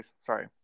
sorry